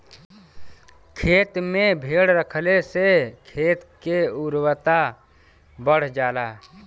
खेते में भेड़ रखले से खेत के उर्वरता बढ़ जाला